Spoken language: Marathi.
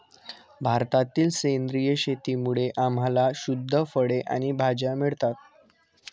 भारतातील सेंद्रिय शेतीमुळे आम्हाला शुद्ध फळे आणि भाज्या मिळतात